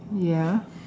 ya